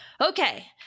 Okay